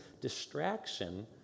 distraction